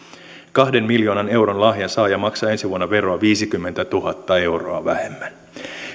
kahden miljoonan euron lahjansaaja maksaa ensi vuonna veroa viisikymmentätuhatta euroa vähemmän